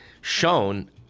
shown